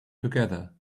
together